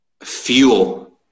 fuel